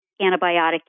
antibiotic